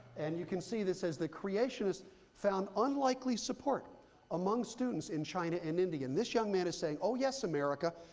and you can see this as the creationist found unlikely support among students in china and india. and this young man is saying, oh, yes, america,